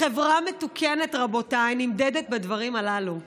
חברה מתוקנת, רבותיי, נמדדת בדברים הללו.